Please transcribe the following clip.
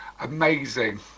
amazing